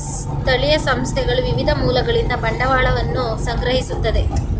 ಸ್ಥಳೀಯ ಸಂಸ್ಥೆಗಳು ವಿವಿಧ ಮೂಲಗಳಿಂದ ಬಂಡವಾಳವನ್ನು ಸಂಗ್ರಹಿಸುತ್ತದೆ